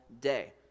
day